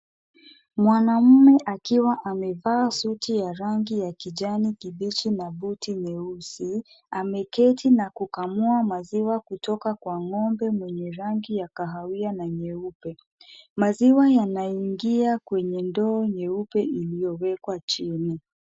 Mwanaume akiwa amevaa suti ya rangi ya kijani kibichi na buti nyeusi, ameketi na kukamua maziwa kutoka kwa ng'ombe mwenye rangi ya kahawia na nyeupe. Maziwa yanaingia kwenye ndoo nyeupe iliyowekwa chini.